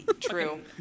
true